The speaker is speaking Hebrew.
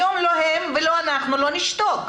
היום לא הם ולא אנחנו, לא נשתוק.